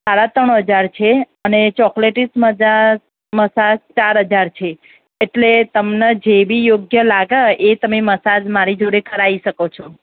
સાડા ત્રણ હજાર છે અને ચોક્લેટીજ મજાજ મસાજ ચાર હજાર છે એટલે તમને જે બી યોગ્ય લાગે એ તમે મસાજ મારી જોડે કરાવી શકો છો